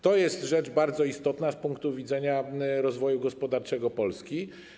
To jest rzecz bardzo istotna z punktu widzenia rozwoju gospodarczego Polski.